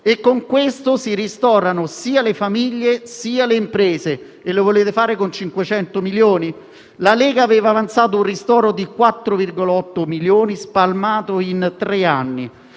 con il quale si ristorano sia le famiglie sia le imprese. E lo volete fare con 500 milioni? La Lega aveva avanzato un ristoro di 4,8 milioni, spalmato in tre anni,